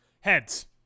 Heads